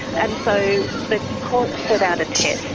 and so the court set out a test.